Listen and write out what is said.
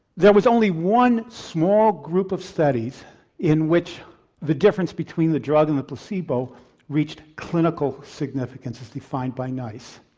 there was only one small group of studies in which the difference between the drug and the placebo reached clinical significance as defined by nice.